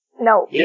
No